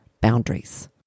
boundaries